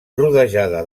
rodejada